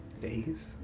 days